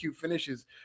finishes